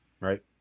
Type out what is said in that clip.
Right